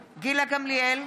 גמליאל,